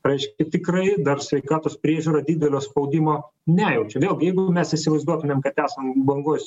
reiškia tikrai dar sveikatos priežiūra didelio spaudimo nejaučia vėlgi jeigu mes įsivaizduotumėm kad esam bangos